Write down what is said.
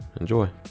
Enjoy